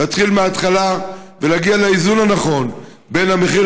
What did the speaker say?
להתחיל מההתחלה ולהגיע לאיזון הנכון בין המחיר